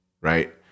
right